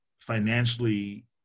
financially